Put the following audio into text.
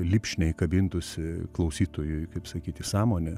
lipšniai kabintųsi klausytojui kaip sakyt į sąmonę